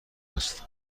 است